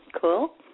Cool